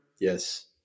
Yes